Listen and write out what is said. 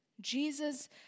Jesus